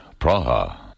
Praha